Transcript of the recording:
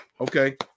okay